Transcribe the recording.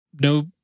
No